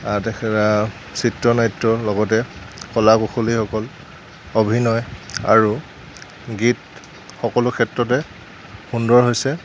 তেখেতে চিত্ৰনাট্য লগতে কলা কুশলীসকল অভিনয় আৰু গীত সকলো ক্ষেত্ৰতে সুন্দৰ হৈছে